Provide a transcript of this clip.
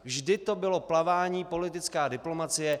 Vždy to bylo plavání, politická diplomacie.